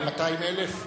ל-200,000?